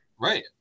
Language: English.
Right